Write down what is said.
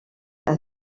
elle